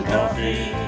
Coffee